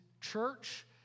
church